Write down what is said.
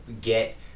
get